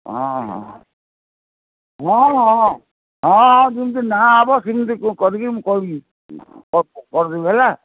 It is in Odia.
ହଁ ହଁ ହଁ ହଁ ହଁ ହଁ ଯେମିତି ନାଁ ହବ ସେମିତି କେଉଁ କରିକି ମୁଁ କହିବି କରିଦେବି ହେଲା